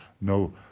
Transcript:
No